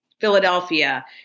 Philadelphia